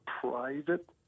private